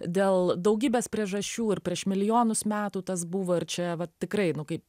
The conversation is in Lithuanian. dėl daugybės priežasčių ir prieš milijonus metų tas buvo ir čia vat tikrai nu kaip